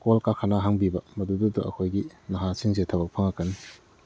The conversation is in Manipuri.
ꯀꯣꯜ ꯀꯔꯈꯅꯥ ꯍꯥꯡꯕꯤꯕ ꯃꯗꯨꯗꯩꯗ ꯑꯩꯈꯣꯏꯒꯤ ꯅꯍꯥꯁꯤꯡꯁꯦ ꯊꯕꯛ ꯐꯪꯂꯛꯀꯅꯤ